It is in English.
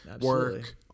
work